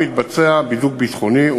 שבה מתבצע בידוק ביטחוני,